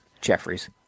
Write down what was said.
Jeffries